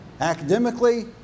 Academically